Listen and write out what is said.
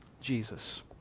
Jesus